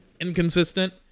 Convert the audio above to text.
inconsistent